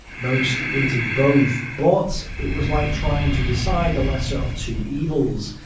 most hated both, but it was like trying to decide the lesser of two evils.